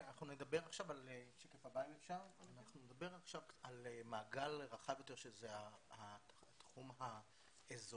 אנחנו נדבר עכשיו על מעגל רחב יותר שזה התחום האזורי.